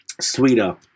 sweeter